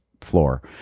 floor